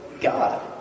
God